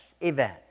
event